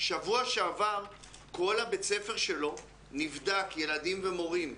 שבוע שעבר כל בית הספר שלו נבדק, ילדים ומורים,